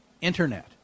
Internet